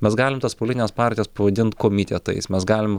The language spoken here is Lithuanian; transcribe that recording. mes galim tas politines partijas pavadint komitetais mes galim